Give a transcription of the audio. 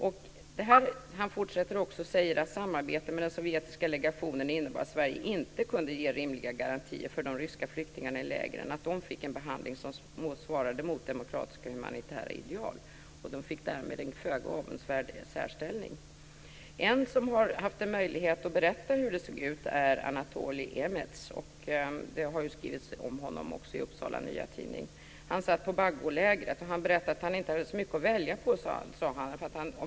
Vidare säger han: "Samarbetet med den sovjetiska legationen innebar att Sverige inte kunde ge rimliga garantier för att de ryska flyktingarna i lägren fick en behandling som svarade mot demokratiska och humanitära ideal." De fick därmed en föga avundsvärd särställning. En som haft möjlighet att berätta hur det såg ut är Anatolij Emets. Om honom har det skrivits i Upsala Han berättar att han inte hade så mycket att välja på.